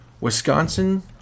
Wisconsin